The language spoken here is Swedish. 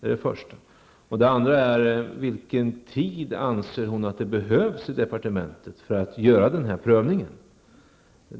Min andra fråga är: Vilken tid anser statsrådet behövs i departementet för prövningen?